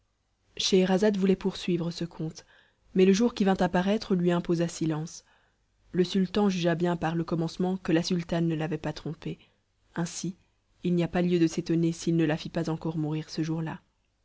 scheherazade voulait poursuivre ce conte mais le jour qui vint à paraître lui imposa silence le sultan jugea bien par le commencement que la sultane ne l'avait pas trompé ainsi il n'y a pas lieu de s'étonner s'il ne la fit pas encore mourir ce jour-là